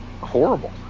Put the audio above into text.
horrible